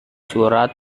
surat